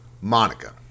Monica